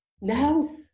Now